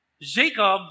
Jacob